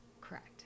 Correct